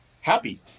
happy